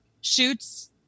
shoots